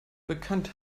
bekannt